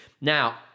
Now